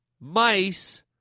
mice